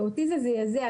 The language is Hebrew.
ואותי זה זעזע.